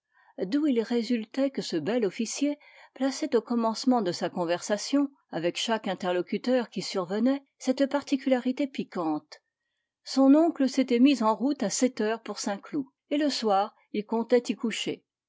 d'où il résultait que ce bel officier plaçait au commencement de sa conversation avec chaque interlocuteur qui survenait cette particularité piquante son oncle s'était mis en route à sept heures pour saint-cloud et le soir il comptait y coucher